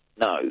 No